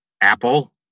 Apple